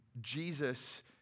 Jesus